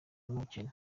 n’ubukene